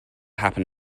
happen